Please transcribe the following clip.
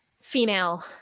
female